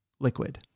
liquid